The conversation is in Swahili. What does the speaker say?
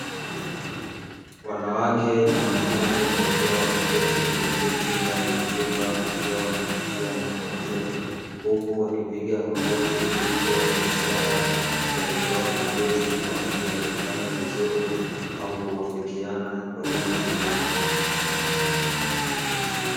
Wanawake na wanaume wakiwa wameketi kwenye viti ndani ya chumba wakiwa wanapatiwa mafunzo huku wakipiga makofi ikiwa ni ishara ya kutoa pongezi kwa mtu aliyefanya vizuri au kuwafikiana kwa jambo fulani.